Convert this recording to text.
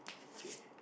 okay